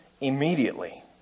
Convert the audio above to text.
immediately